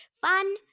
Fun